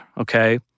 okay